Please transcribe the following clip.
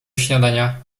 śniadania